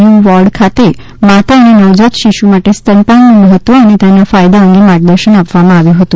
you ward ખાતે માતા અને નવજાત શિશુ માટે સ્તનપાનનું મહત્વ અને તેના ફાયદા અંગે માર્ગદર્શન આપવામાં આવ્યુ હતું